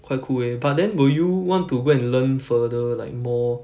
quite cool leh but then will you want to go and learn further like more